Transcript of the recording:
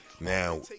Now